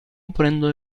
prendono